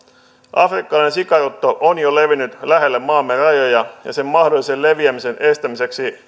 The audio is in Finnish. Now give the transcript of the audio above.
afrikkalainen sikarutto on jo levinnyt lähelle maamme rajoja ja sen mahdollisen suomeen leviämisen estämiseksi